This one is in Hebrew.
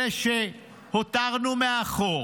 אלה שהותרנו מאחור,